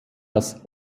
das